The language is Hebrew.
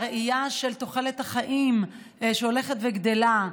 הראייה של תוחלת החיים ההולכת וגדלה,